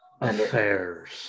affairs